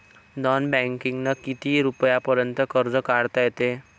Non बँकिंगनं किती रुपयापर्यंत कर्ज काढता येते?